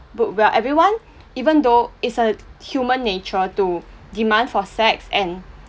bo~ where everyone even though it's a human nature to demand for sex and